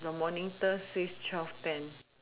your monitor says twelve ten